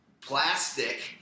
plastic